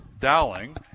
Dowling